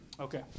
Okay